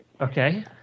Okay